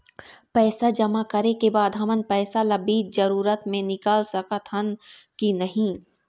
पैसा जमा करे के बाद हमन पैसा ला बीच जरूरत मे निकाल सकत हन की नहीं?